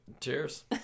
Cheers